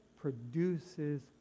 produces